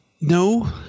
no